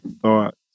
thoughts